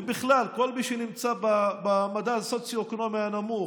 ובכלל כל מי שנמצא במדד הסוציו-אקונומי הנמוך,